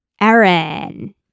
Aaron